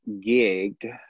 gig